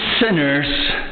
sinners